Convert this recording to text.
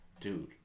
dude